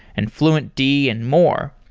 and fluentd and more.